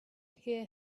hear